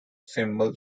symbol